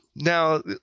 Now